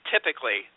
Typically